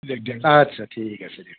দিয়ক দিয়ক আচ্ছা ঠিক আছে